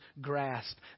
grasp